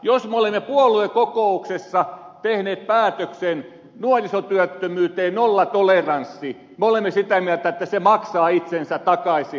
jos me olemme puoluekokouksessa tehneet päätöksen että nuorisotyöttömyyteen nollatoleranssi me olemme sitä mieltä että se maksaa itsensä takaisin